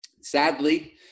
Sadly